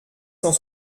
cent